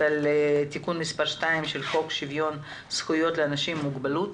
תיקון מס' 2 של חוק שוויון זכויות לאנשים עם מוגבלות,